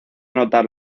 notar